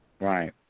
Right